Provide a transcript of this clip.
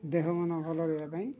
ଦେହ ମନ ଭଲ ରହିବା ପାଇଁ